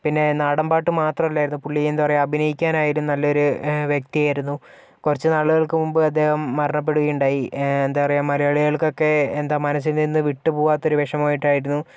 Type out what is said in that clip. പിന്നെ നാടന് പാട്ട് മാത്രമല്ലായിരുന്നു പുള്ളി എന്താ പറയുക അഭിനയിക്കാനായിരുന്നു നല്ലൊരു വ്യക്തി ആയിരുന്നു കുറച്ച് നാളുകൾക്ക് മുന്പ് അദ്ദേഹം മരണപ്പെടുകയുണ്ടായി എന്താ പറയാ മലയാളികള്ക്ക് ഒക്കെ മനസ്സില് നിന്നു വീട്ടുപോവാതെ വിഷമം ആയിട്ട്